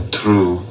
true